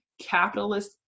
capitalist